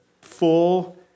full